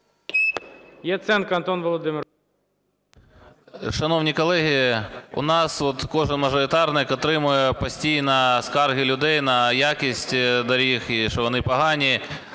Шановні колеги, у нас кожен мажоритарник отримує постійно скарги людей на якість доріг і що вони погані.